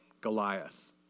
Goliath